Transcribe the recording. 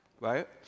right